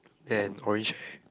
and orange chair